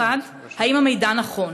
1. האם המידע נכון?